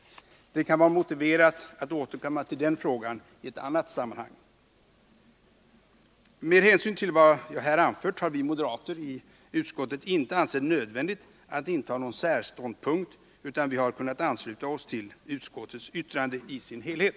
Det kan vara motiverat att återkomma till den frågan i annat sammanhang. Med hänsyn till vad jag här anfört har vi moderater i utskottet inte ansett det nödvändigt att inta någon särståndpunkt, utan vi har kunnat ansluta oss till utskottets yttrande i dess helhet.